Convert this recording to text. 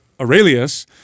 Aurelius